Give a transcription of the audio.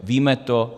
Víme to?